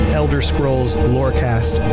elderscrollslorecast